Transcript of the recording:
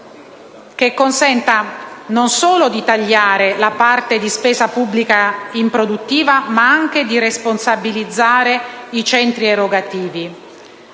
che consenta non solo di tagliare la parte di spesa pubblica improduttiva ma anche di responsabilizzare i centri erogativi.